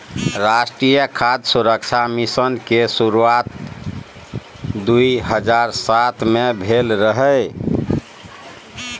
राष्ट्रीय खाद्य सुरक्षा मिशन के शुरुआत दू हजार सात मे भेल रहै